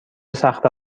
صخره